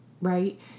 right